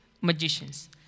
magicians